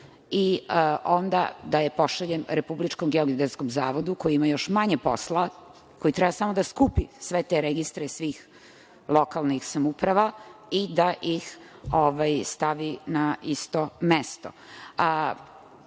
i onda da je pošaljem Republičkom geodetskom zavodu koji ima još manje posla, koji treba samo da skupi sve te registre svih lokalnih samouprava i da ih stavi na isto mesto. Inače,